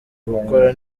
gukora